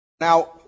Now